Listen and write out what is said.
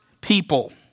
people